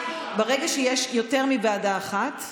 ברגע שיש יותר מוועדה אחת,